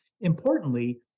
importantly